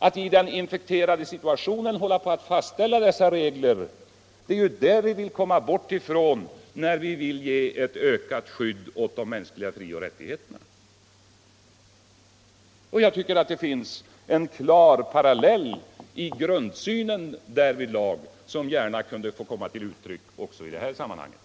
Att i den infekterade situationen hålla på med att fastställa dessa regler är ju vad vi vill komma bort ifrån genom att ge ett ökat skydd åt de mänskliga frioch rättigheterna. Jag tycker det finns en klar parallell i grundsynen därvidlag, som gärna kunde få komma till uttryck också i det här sammanhanget.